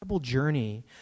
journey